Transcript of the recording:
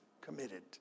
committed